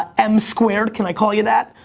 m squared, can i call you that?